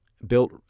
built